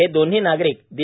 हे दोन्ही नागरिक दि